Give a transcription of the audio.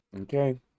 Okay